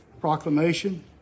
proclamation